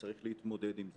וצריך להתמודד עם זה.